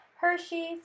Hershey's